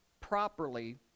properly